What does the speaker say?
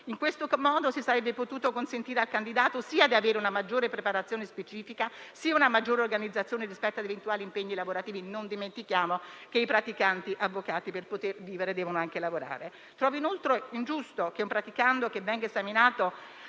In questo modo, si sarebbe potuto consentire al candidato sia di avere una maggiore preparazione specifica sia una maggiore organizzazione rispetto ad eventuali impegni lavorativi. Non dimentichiamo, infatti, che i praticanti avvocati, per poter vivere, devono anche lavorare. Trovo inoltre ingiusto che un praticante che venga esaminato